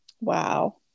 Wow